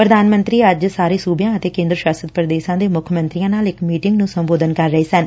ਪ੍ਰਧਾਨ ਮੰਤਰੀ ਅੱਜ ਸਾਰੇ ਸੁਬਿਆਂ ਅਤੇ ਕੇਂਦਰ ਸਾਸਤ ਪ੍ਰਦੇਸ਼ਾਂ ਦੇ ਮੁੱਖ ਮੰਤਰੀਆਂ ਨਾਲ ਇਕ ਮੀਟਿੰਗ ਨੁੰ ਸੰਬੋਧਨ ਕਰ ਰਹੇ ਸਨ